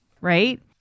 right